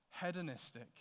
hedonistic